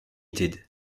ltd